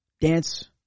dance